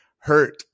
hurt